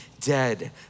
dead